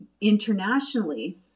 internationally